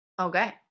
Okay